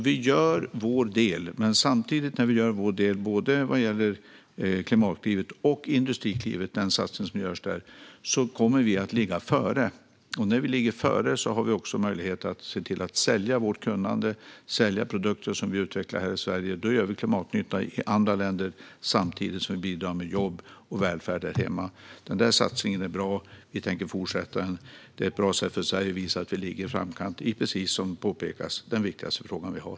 Vi gör alltså vår del. När vi gör vår del vad gäller både Klimatklivet och Industriklivet kommer vi att ligga före. Och när vi ligger före har vi möjlighet att sälja vårt kunnande och sälja produkter som vi utvecklar här i Sverige. Då gör vi klimatnytta i andra länder samtidigt som vi bidrar till jobb och välfärd här hemma. Den satsningen är bra. Vi tänker fortsätta med den. Det är ett bra sätt för Sverige att visa att vi ligger i framkant i, precis som det påpekas, den viktigaste frågan vi har.